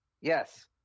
Yes